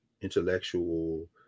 intellectual